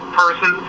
person